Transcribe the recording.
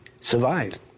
survived